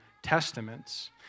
Testaments